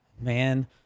man